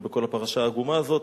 ובכל הפרשה העגומה הזאת,